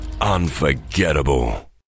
Unforgettable